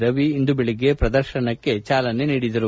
ರವಿ ಇಂದು ಬೆಳಗ್ಗೆ ಪ್ರದರ್ಶನಕ್ಕೆ ಚಾಲನೆ ನೀಡಿದರು